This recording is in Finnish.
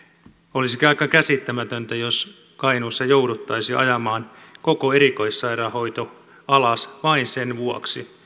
olisikin aika käsittämätöntä jos kainuussa jouduttaisiin ajamaan koko erikoissairaanhoito alas vain sen vuoksi